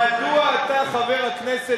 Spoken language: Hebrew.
מדוע אתם לא העליתם את שכר העובדים הסוציאליים?